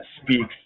speaks